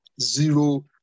zero